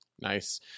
nice